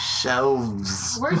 Shelves